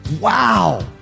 Wow